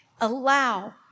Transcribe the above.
Allow